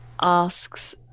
asks